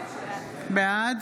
בעד